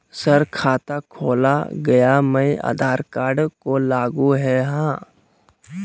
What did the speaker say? Sir खाता खोला गया मैं आधार कार्ड को लागू है हां?